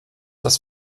das